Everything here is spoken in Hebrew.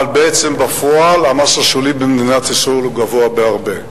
אבל בעצם בפועל המס השולי במדינת ישראל הוא גבוה בהרבה.